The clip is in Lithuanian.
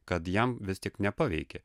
kad jam vis tik nepaveikė